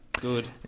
Good